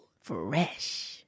Fresh